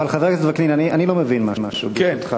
אבל, חבר הכנסת וקנין, אני לא מבין משהו, ברשותך.